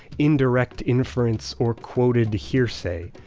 indirect inference, or quoted hearsay.